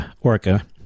orca